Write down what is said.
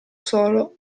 solo